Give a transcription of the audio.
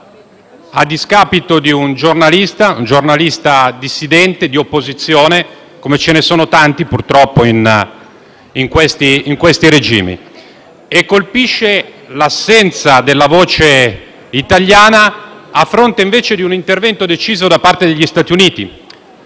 a discapito di un giornalista dissidente di opposizione, come ce ne sono tanti purtroppo in questi regimi. Colpisce l'assenza della voce italiana a fronte, invece, di un intervento deciso da parte degli Stati Uniti.